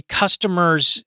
customer's